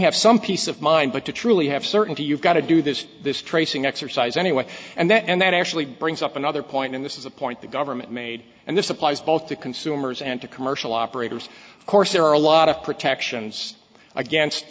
have some peace of mind but to truly have certainty you've got to do this this tracing exercise anyway and that and that actually brings up another point and this is the point the government made and this applies both to consumers and to commercial operators of course there are a lot of protections against